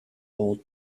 old